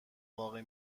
واقع